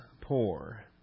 poor